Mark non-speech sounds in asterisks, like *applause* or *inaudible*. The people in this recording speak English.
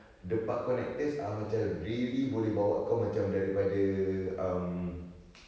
the park connectors are macam really boleh bawa kau macam daripada um *noise*